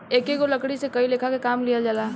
एकेगो लकड़ी से कई लेखा के काम लिहल जाला